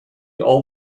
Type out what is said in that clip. all